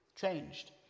changed